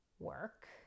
work